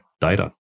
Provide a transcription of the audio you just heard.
Data